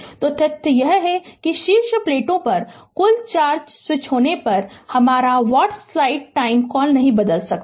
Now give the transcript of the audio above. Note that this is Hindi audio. तो तथ्य यह है कि शीर्ष प्लेटों पर कुल चार्ज स्विच बंद होने पर आपका व्हाट्स स्लाइड टाइम कॉल नहीं बदल सकता है